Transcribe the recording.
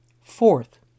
Fourth